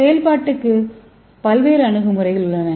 செயல்பாட்டுக்கு பல்வேறு அணுகுமுறைகள் உள்ளன